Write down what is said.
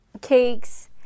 cakes